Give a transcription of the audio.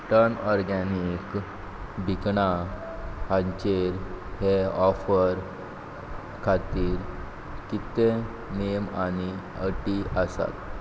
turn organics भिकणां हांचेर हे ऑफर खातीर कितें नेम आनी अटी आसात